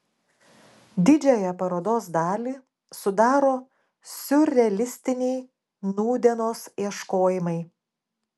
didžiąją parodos dalį sudaro siurrealistiniai nūdienos ieškojimai